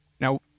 Now